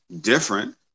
different